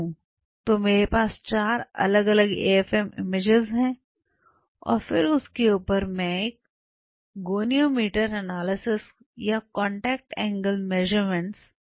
तो मेरे पास 4 अलग एएफएम इमेजेज हैं और फिर उसके ऊपर मैं एक गोनियोमीटर एनालिसिस या कांटेक्ट एंगल एनालिसिस करता हूं